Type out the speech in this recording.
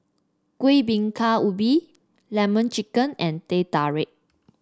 Kueh Bingka Ubi lemon chicken and Teh Tarik